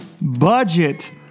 budget